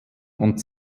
und